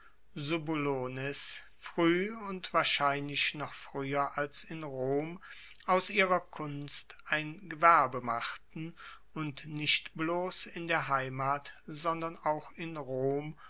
frueh und wahrscheinlich noch frueher als in rom aus ihrer kunst ein gewerbe machten und nicht bloss in der heimat sondern auch in rom